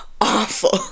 awful